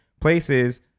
places